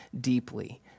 deeply